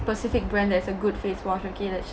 specific brand that's a good wash okay that's